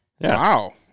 Wow